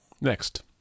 Next